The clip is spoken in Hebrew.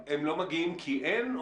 הם לא מגיעים כי אין,